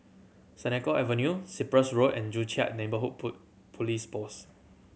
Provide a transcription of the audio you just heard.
Senoko Avenue Cyprus Road and Joo Chiat Neighbourhood Police Post